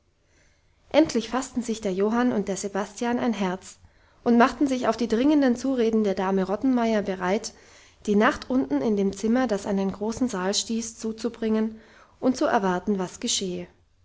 endlich fassten sich der johann und der sebastian ein herz und machten sich auf die dringenden zureden der dame rottenmeier bereit die nacht unten in dem zimmer das an den großen saal stieß zuzubringen und zu erwarten was geschehe